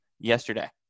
yesterday